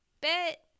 bit